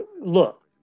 look